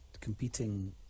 competing